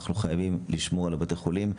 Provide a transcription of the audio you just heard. אנחנו חייבים לשמור על בתי החולים.